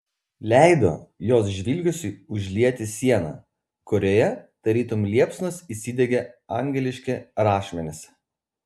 leido jos žvilgesiui užlieti sieną kurioje tarytum liepsnos įsidegė angeliški rašmenys